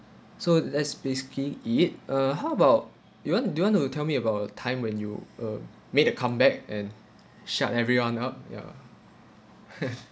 so that's basically it uh how about you want do you want to tell me about a time when you uh made a comeback and shut everyone up ya